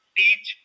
teach